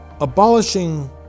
abolishing